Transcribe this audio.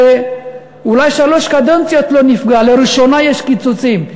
שאולי שלוש קדנציות לא נפגע, לראשונה יש קיצוצים.